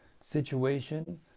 situation